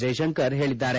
ಜೈಶಂಕರ್ ಹೇಳಿದ್ದಾರೆ